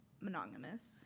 monogamous